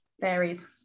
varies